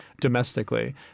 domestically